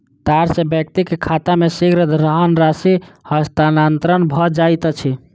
तार सॅ व्यक्तिक खाता मे शीघ्र धनराशि हस्तांतरण भ जाइत अछि